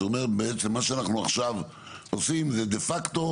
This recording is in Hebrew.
מה שאנחנו עושים עכשיו זה דה פקטו